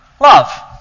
love